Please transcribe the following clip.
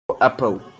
apple